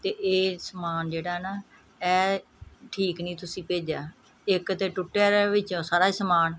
ਅਤੇ ਇਹ ਸਮਾਨ ਜਿਹੜਾ ਨਾ ਇਹ ਠੀਕ ਨਹੀਂ ਤੁਸੀਂ ਭੇਜਿਆ ਇੱਕ ਤਾਂ ਟੁੱਟਿਆ ਰਿਹਾ ਵਿੱਚੋਂ ਸਾਰਾ ਹੀ ਸਮਾਨ